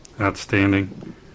Outstanding